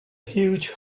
huge